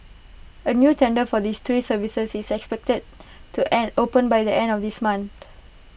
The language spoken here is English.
A new tender for the three services is expected to and open by the end of this month